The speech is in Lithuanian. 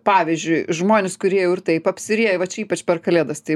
pavyzdžiui žmonės kurie jau ir taip apsirieję va čia ypač per kalėdas tai